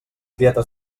dietes